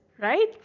Right